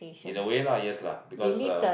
in a way lah yes lah because uh